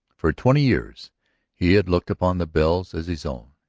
for twenty years he had looked upon the bells as his own,